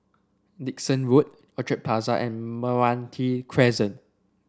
Dickson Road Orchard Plaza and Meranti Crescent